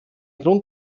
grund